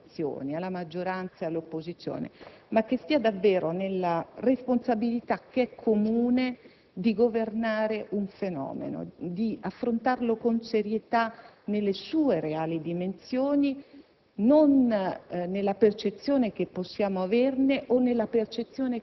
alla differenza, alla distanza che esiste tra le due coalizioni, la maggioranza e l'opposizione, ma si realizzi davvero nella responsabilità, che è comune, di governare un fenomeno e di affrontarlo con serietà nelle sue reali dimensioni